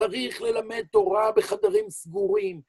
צריך ללמד תורה בחדרים סגורים.